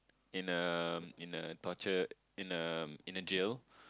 in a in a torture in a in a jail